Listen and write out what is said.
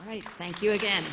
i thank you again